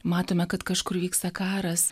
matome kad kažkur vyksta karas